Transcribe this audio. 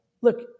look